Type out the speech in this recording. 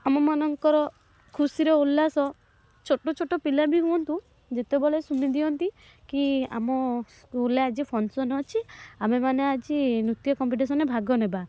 ଆମ ମାନଙ୍କର ଖୁସିରେ ଉଲ୍ଲାସ ଛୋଟଛୋଟ ପିଲାବି ହୁଅନ୍ତୁ ଯେତେବେଳେ ଶୁଣି ଦିଅନ୍ତି କି ଆମ ସ୍କୁଲ୍ରେ ଆଜି ଫଙ୍କସନ୍ ଅଛି ଆମେ ମାନେ ଆଜି ନୃତ୍ୟ କମ୍ପିଟିସନ୍ରେ ଭାଗ ନେବା